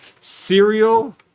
cereal